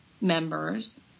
members